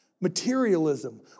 Materialism